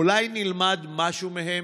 אולי נלמד משהו מהן?